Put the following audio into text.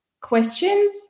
questions